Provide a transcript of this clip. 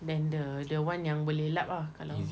then the the [one] yang boleh lap ah kalau